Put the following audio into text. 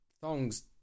thongs